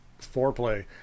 foreplay